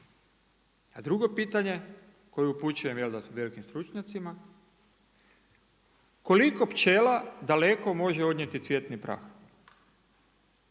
A drugo pitanje koje upućujem velikim stručnjacima, koliko pčela daleko može odnijeti cvjetni prah?